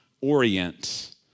Orient